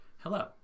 Hello